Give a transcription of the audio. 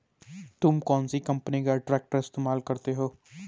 तुम कौनसी कंपनी का ट्रैक्टर इस्तेमाल करते हो?